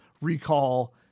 recall